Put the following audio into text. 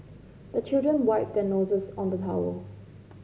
the children wipe their noses on the towel